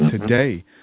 today